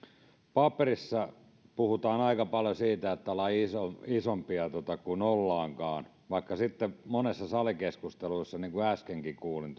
paperissa puhutaan aika paljon siitä että ollaan isompia kuin ollaankaan vaikka sitten puhutaan monissa salikeskusteluissa niin kuin äskenkin kuulin